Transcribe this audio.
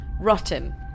rotten